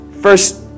first